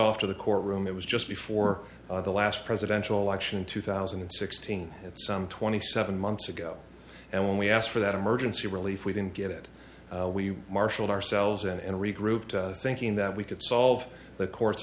off to the courtroom it was just before the last presidential election in two thousand and sixteen some twenty seven months ago and when we asked for that emergency relief we didn't get it we marshaled ourselves and regrouped thinking that we could solve the court